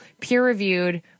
peer-reviewed